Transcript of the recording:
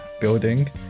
building